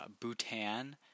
Bhutan